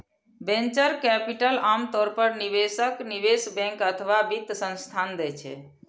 venture capital आम तौर पर निवेशक, निवेश बैंक अथवा वित्त संस्थान दै छै